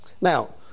Now